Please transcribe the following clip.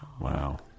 Wow